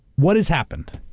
what has happened?